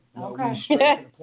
Okay